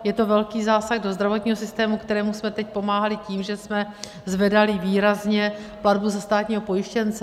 Je to velký zásah do zdravotního systému, kterému jsme teď pomáhali tím, že jsme zvedali výrazně platbu za státního pojištěnce.